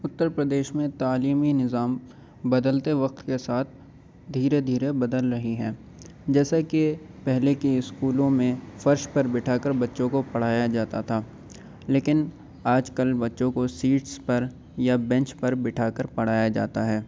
اتر پردیش میں تعلیمی نظام بدلتے وقت کے ساتھ دھیرے دھیرے بدل رہی ہیں جیسا کہ پہلے کے اسکولوں میں فرش پر بٹھا کر بچوں کو پڑھایا جاتا تھا لیکن آج کل بچوں کو سیٹس پر یا بینچ پر بٹھا کر پڑھایا جاتا ہے